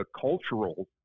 cultural